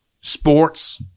sports